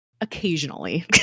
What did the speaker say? Occasionally